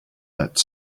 that